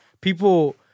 People